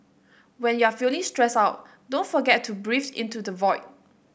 when you are feeling stressed out don't forget to breathe into the void